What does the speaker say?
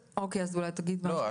אוקיי, אז אולי תגיד מה השאלה.